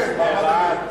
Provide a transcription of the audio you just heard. תקופת צינון לאנשי תקשורת)